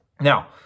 Now